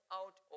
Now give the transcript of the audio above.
out